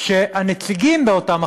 שהנציגים באותן החברות,